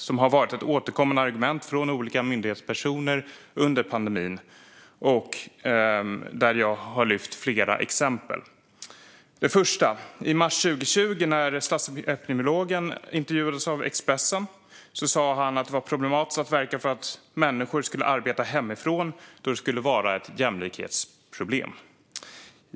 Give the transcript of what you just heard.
Det har varit ett återkommande argument från olika myndighetspersoner under pandemin, och i min interpellation har jag gett flera exempel. Det första exemplet är från mars 2020 när statsepidemiologen intervjuades av Expressen och sa att det var problematiskt att verka för att människor skulle arbeta hemifrån, eftersom det skulle vara ett jämlikhetsproblem.